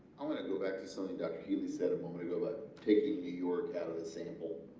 i want to go back to something dr. healy said a moment ago about taking new york out of the sample